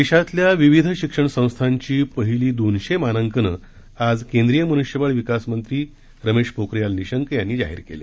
देशातल्या विविध शिक्षण संस्थांची पहिली दोनशे मानांकनं आज केंद्रीय मनुष्यबळ विकासमंत्री रमेश पोखरियाल निशंक यांनी जाहीर केली